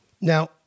Now